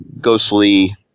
ghostly